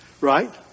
Right